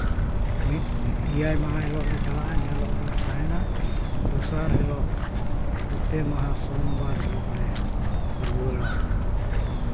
ᱢᱤᱫ ᱮᱭᱟᱭ ᱢᱟᱦᱟ ᱦᱤᱞᱳᱜ ᱞᱮ ᱪᱟᱞᱟᱜᱼᱟ ᱮᱱ ᱦᱤᱞᱳᱜ ᱞᱮ ᱛᱟᱦᱮᱱᱟ ᱫᱚᱥᱟᱨ ᱦᱤᱞᱳᱜ ᱚᱛᱮ ᱢᱟᱦᱟ ᱥᱳᱢᱵᱟᱨ ᱦᱤᱞᱳᱜ ᱞᱮ ᱨᱩᱣᱟᱹᱲᱟ